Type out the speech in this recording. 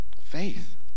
Faith